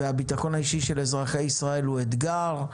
הביטחון האישי של אזרחי ישראל הוא אתגר,